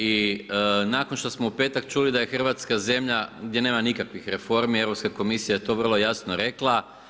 I nakon što smo u petak čuli da je Hrvatska zemlja gdje nema nikakvih reformi, Europska komisija je to vrlo jasno rekla.